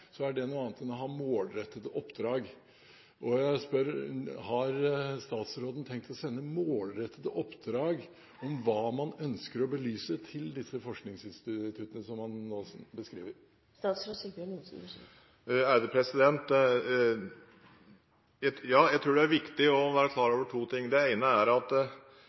er det noe annet enn å ha målrettede oppdrag. Jeg spør: Har statsråden tenkt å sende målrettede oppdrag om hva man ønsker å belyse, til disse forskningsinstituttene som han nå beskriver? Ja, jeg tror det er viktig å være klar over to ting. Det ene er at